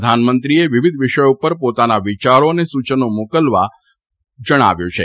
પ્રધાનમંત્રીએ વિવિધ વિષયો ઉપર પોતાના વિચારો અને સૂચનો મોકલવા જણાવ્યું છે